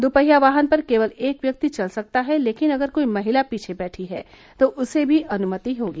दुपहिया वाहन पर केवल एक व्यक्ति चल सकता है लेकिन अगर कोई महिला पीछे बैठी है तो उसे भी अनुमति होगी